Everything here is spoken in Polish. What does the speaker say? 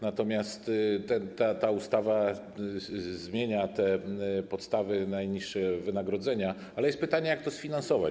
Natomiast ta ustawa zmienia te podstawy najniższego wynagrodzenia, ale jest pytanie, jak to sfinansować.